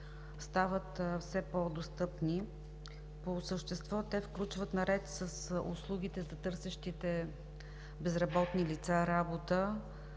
стават все по-достъпни. По същество те включват, наред с услугите за търсещите работа безработни